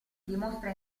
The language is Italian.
dimostra